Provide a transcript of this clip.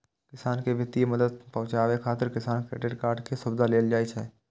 किसान कें वित्तीय मदद पहुंचाबै खातिर किसान क्रेडिट कार्ड के सुविधा देल जाइ छै